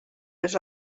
les